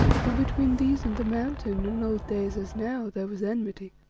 for between these and the mountain, in old days as now, there was enmity,